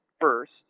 first